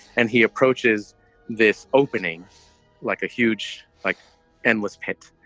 and he approaches this opening like a huge, like endless pit.